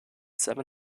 seven